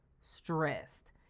stressed